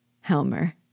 Helmer